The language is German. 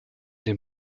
den